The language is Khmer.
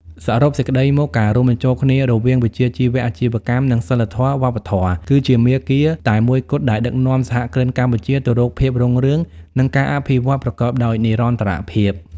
សរុបសេចក្ដីមក ការរួមបញ្ចូលគ្នារវាងវិជ្ជាជីវៈអាជីវកម្ម និងសីលធម៌វប្បធម៌ គឺជាមាគ៌ាតែមួយគត់ដែលដឹកនាំសហគ្រិនកម្ពុជាទៅរកភាពរុងរឿង និងការអភិវឌ្ឍប្រកបដោយនិរន្តរភាព។